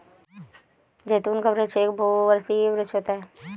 जैतून का वृक्ष एक बहुवर्षीय वृक्ष होता है